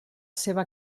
seva